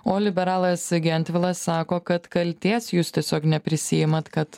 o liberalas gentvilas sako kad kaltės jūs tiesiog neprisiimat kad